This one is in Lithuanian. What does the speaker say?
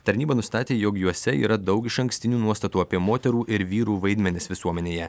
tarnyba nustatė jog juose yra daug išankstinių nuostatų apie moterų ir vyrų vaidmenis visuomenėje